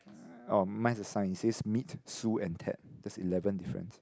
oh mine is a sign it says meet Sue and Ted there's eleven difference